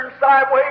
sideways